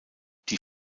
die